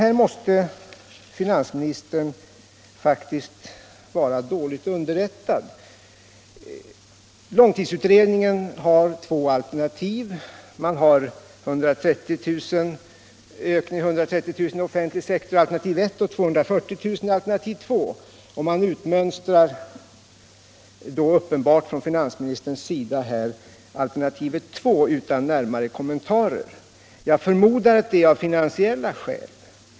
Här måste finansministern faktiskt vara dåligt underrättad. Långtidsutredningen har två alternativ. Man har en ökning med 130 000 i den offentliga sektorn enligt alternativ 1 och 240 000 enligt alternativ 2. Finansministern utmönstrar uppenbart alternativ 2 utan närmare kommen tar. Jag förmodar att det är av finansiella skäl.